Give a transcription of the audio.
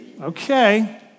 Okay